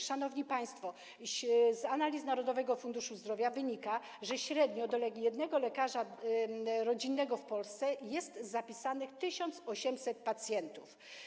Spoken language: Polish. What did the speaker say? Szanowni państwo, z analiz Narodowego Funduszu Zdrowia wynika, że średnio do jednego lekarza rodzinnego w Polsce jest zapisanych 1, tys. pacjentów.